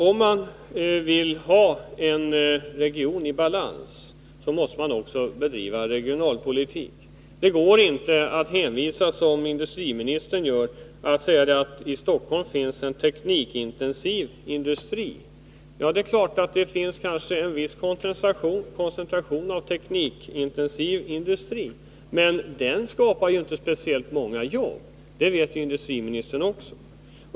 Om man vill ha en region i balans måste man också bedriva regionalpolitik. Det går inte att hänvisa, som industriministern gör, till att det i Stockholm finns en teknikintensiv industri. Det är klart att det kanske finns en viss koncentration av teknikintensiv industri, men den skapar inte speciellt många jobb. Det vet industriministern också.